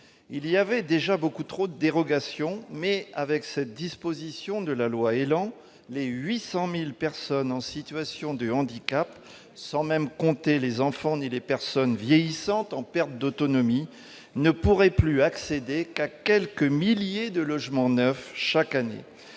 Il y avait déjà beaucoup trop de dérogations, mais, avec cette mesure, les 800 000 personnes en situation de handicap, sans compter les enfants ni les personnes vieillissantes en perte d'autonomie, ne pourront plus accéder qu'à quelques milliers de logements neufs chaque année.